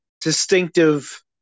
distinctive